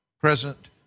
present